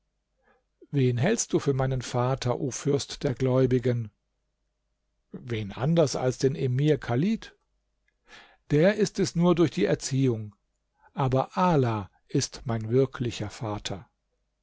wen hältst du für meinen vater o fürst der gläubigen wen anders als den emir chalid der ist es nur durch die erziehung aber ala ist mein wirklicher vater